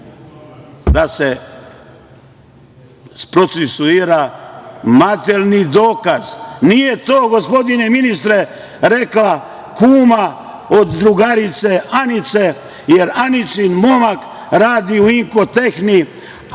da se procesuira, materijalni dokaz. Nije to, gospodine ministre, rekla kuma od drugarice Anice, jer Anicin momak radi u „Inkotehni“,